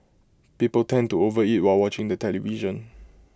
people tend to overeat while watching the television